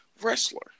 wrestler